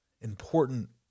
important